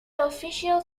official